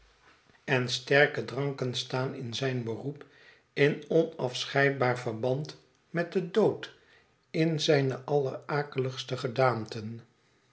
en sterke het verlaten huis dranken staat in zijn beroep in onafscheidbaar verband met den dood in zijne allerakeligste gedaanten